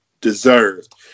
deserved